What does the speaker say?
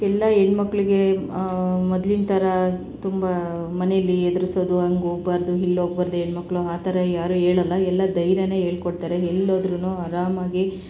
ಎಲ್ಲ ಹೆಣ್ಮಕ್ಳಿಗೆ ಮೊದ್ಲಿನ ಥರ ತುಂಬ ಮನೆಯಲ್ಲಿ ಹೆದ್ರುಸೋದು ಹಂಗೆ ಹೋಗಬಾರ್ದು ಇಲ್ಲ್ ಹೋಗಬಾರ್ದು ಹೆಣ್ಣುಮಕ್ಳು ಆ ಥರ ಯಾರೂ ಹೇಳಲ್ಲ ಎಲ್ಲ ಧೈರ್ಯನೇ ಹೇಳ್ಕೊಡ್ತಾರೆ ಎಲ್ಲೋದ್ರು ಆರಾಮಾಗಿ